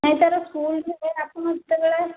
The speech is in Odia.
ନାଇଁ ତା ର ସ୍କୁଲରେ ଆପଣ ଯେତେବେଳେ